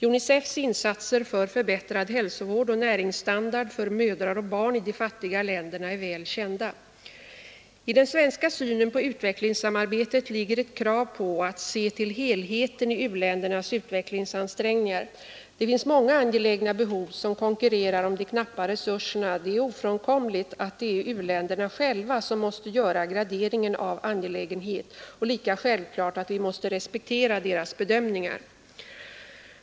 UNICEF:s insatser för förbättrad hälsovård och näringsstandard för mödrar och barn i de fattiga länderna är väl kända. I den svenska synen på utvecklingssamarbetet ligger ett krav på att se till helheten i u-ländernas utvecklingsansträngningar. Det finns många angelägna behov som konkurrerar om de knappa resurserna. Det är ofrånkomligt att det är u-länderna själva som måste göra graderingen av angelägenhet, och lika självklart att vi måste respektera deras bedömningar.